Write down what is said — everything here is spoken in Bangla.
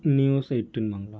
news eighteen Bangla